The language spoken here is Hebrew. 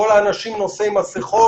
לא נותנים מתווה,